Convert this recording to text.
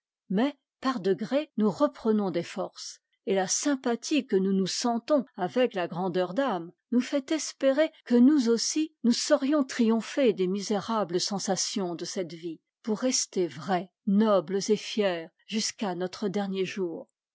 mais par degrés nous reprenons des forces et la sympathie que nous nous sentons avec la grandeur d'âme nous fait espérer que nous aussi nous saurions triompher des misérables sensations de cette vie pour rester vrais nobles et fiers jusqu'à notre dernier jour